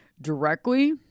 directly